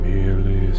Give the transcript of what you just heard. Merely